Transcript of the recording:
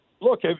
Look